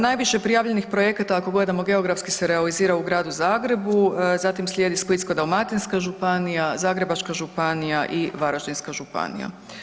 Najviše prijavljenih projekata ako gledamo geografski se realizira u gradu Zagrebu, zatim slijedi Splitsko-dalmatinska županija, Zagrebačka županija i Varaždinska županija.